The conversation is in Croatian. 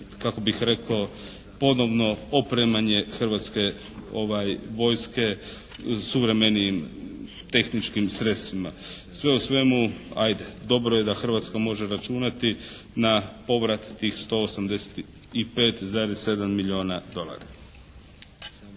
kako bih rekao ponovno opremanje Hrvatske vojske suvremenijim tehničkim sredstvima. Sve u svemu ajde, dobro je da Hrvatska može računati na povrat tih 185,7 milijuna dolara.